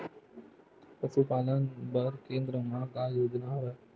पशुपालन बर केन्द्र म का योजना हवे?